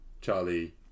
Charlie